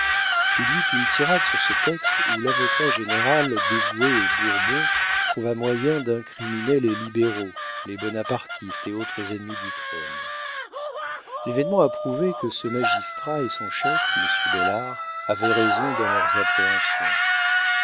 il y eut une tirade sur ce texte où lavocat général dévoué aux bourbons trouva moyen d'incriminer les libéraux les bonapartistes et autres ennemis du trône l'événement a prouvé que ce magistrat et son chef monsieur bellart avaient raison dans leurs appréhensions